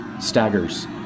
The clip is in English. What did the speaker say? staggers